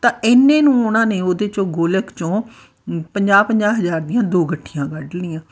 ਤਾਂ ਇੰਨੇ ਨੂੰ ਉਹਨਾਂ ਨੇ ਉਹਦੇ 'ਚੋਂ ਗੋਲਕ 'ਚੋਂ ਪੰਜਾਹ ਪੰਜਾਹ ਹਜ਼ਾਰ ਦੀਆਂ ਦੋ ਗੱਠੀਆਂ ਕੱਢ ਲਈਆਂ